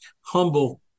humble